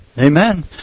Amen